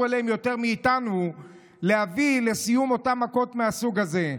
אליהם יותר מאיתנו להביא לסיום אותן מכות מהסוג הזה.